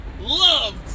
loved